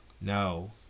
No